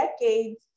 decades